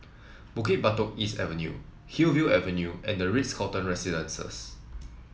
Bukit Batok East Avenue Hillview Avenue and the Ritz Carlton Residences